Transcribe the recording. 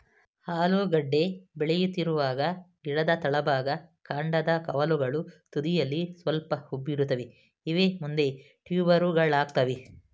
ಆಲೂಗೆಡ್ಡೆ ಬೆಳೆಯುತ್ತಿರುವಾಗ ಗಿಡದ ತಳಭಾಗ ಕಾಂಡದ ಕವಲುಗಳು ತುದಿಯಲ್ಲಿ ಸ್ವಲ್ಪ ಉಬ್ಬಿರುತ್ತವೆ ಇವೇ ಮುಂದೆ ಟ್ಯೂಬರುಗಳಾಗ್ತವೆ